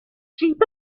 sheep